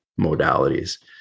modalities